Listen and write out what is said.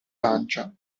lancia